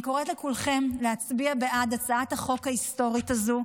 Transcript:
אני קוראת לכולכם להצביע בעד הצעת החוק ההיסטורית הזו,